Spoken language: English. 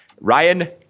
Ryan